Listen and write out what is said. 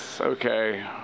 okay